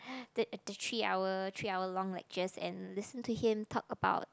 the the three hour three hour long lectures and listen to him talk about